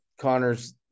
connor's